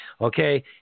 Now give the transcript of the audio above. Okay